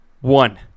One